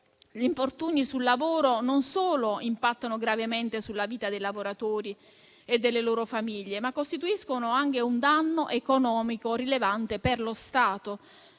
Gli infortuni sul lavoro non solo impattano gravemente sulla vita dei lavoratori e delle loro famiglie, ma costituiscono anche un danno economico rilevante per lo Stato.